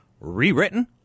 rewritten